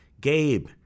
Gabe